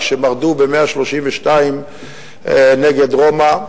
כשמרדו ב-132 נגד רומא,